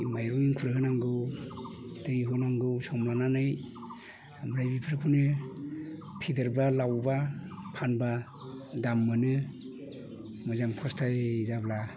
माइऔ एंखुर होनांगौ दै होनांगौ सम लानानै ओमफ्राय बेफोरखौनो फेदेरबा लाउबा फानबा दाम मोनो मोजाङै फुस्थ' जाब्ला